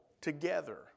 together